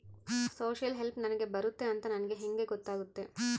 Social help ನನಗೆ ಬರುತ್ತೆ ಅಂತ ನನಗೆ ಹೆಂಗ ಗೊತ್ತಾಗುತ್ತೆ?